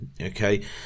Okay